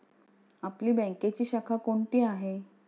आपली बँकेची शाखा कोणती आहे